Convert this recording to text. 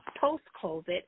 post-COVID